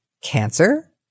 cancer